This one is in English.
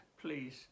Please